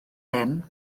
hyn